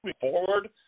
forward